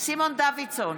סימון דוידסון,